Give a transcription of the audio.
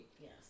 Yes